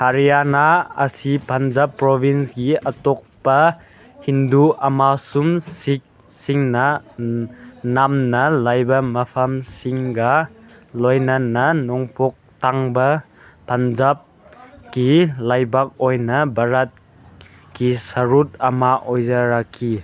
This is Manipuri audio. ꯍꯔꯤꯌꯥꯅꯥ ꯑꯁꯤ ꯄꯟꯖꯥꯞ ꯄ꯭ꯔꯣꯕꯤꯟꯁꯒꯤ ꯑꯇꯣꯞꯄ ꯍꯤꯟꯗꯨ ꯑꯃꯁꯨꯡ ꯁꯤꯛꯁꯤꯡꯅ ꯅꯝꯅ ꯂꯩꯕ ꯃꯐꯝꯁꯤꯡꯒ ꯂꯣꯏꯅꯅ ꯅꯣꯡꯄꯣꯛ ꯊꯪꯕ ꯄꯟꯖꯥꯞꯀꯤ ꯂꯩꯕꯥꯛ ꯑꯣꯏꯅ ꯚꯥꯔꯠꯀꯤ ꯁꯔꯨꯛ ꯑꯃ ꯑꯣꯏꯖꯔꯛꯈꯤ